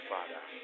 Father